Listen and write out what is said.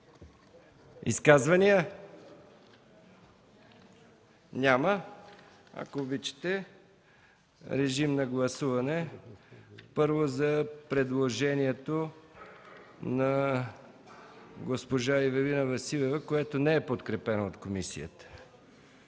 Изказвания? Няма. Моля, гласувайте първо за предложението на госпожа Ивелина Василева, което не е подкрепено от комисията.